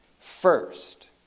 First